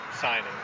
signing